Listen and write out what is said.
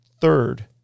third